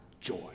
joy